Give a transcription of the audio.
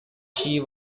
she